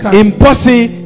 impossible